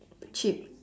chip